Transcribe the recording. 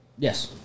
Yes